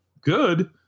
Good